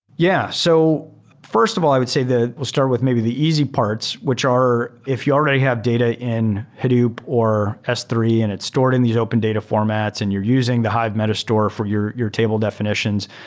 yeah. so first of all, i would say we'll start with maybe the easy parts, which are if you already have data in hadoop or s three and it's stored in these open data formats and you're using the hive meta-store for your your table defi nitions,